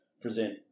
present